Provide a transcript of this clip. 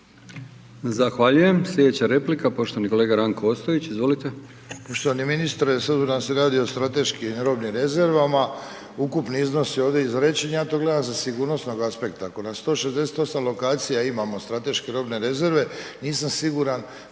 Zahvaljujem. Sljedeća replika poštovana kolegica Sabina Glasovac. Izvolite.